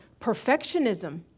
Perfectionism